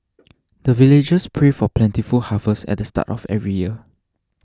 the villagers pray for plentiful harvest at the start of every year